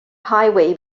highway